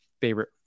favorite